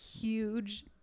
huge